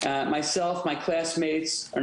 במהלך 15 השנים האחרונות,